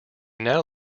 now